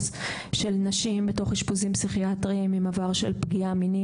של נשים בתוך אשפוזים פסיכיאטריים עם עבר של פגיעה מינית,